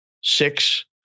Six